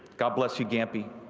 god bless you, gampy.